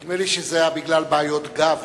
נדמה לי שזה היה בגלל בעיות גב.